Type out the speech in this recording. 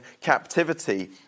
captivity